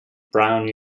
brown